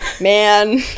man